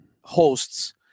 hosts